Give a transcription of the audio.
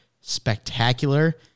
spectacular